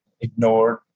ignored